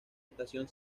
estación